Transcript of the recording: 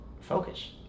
focus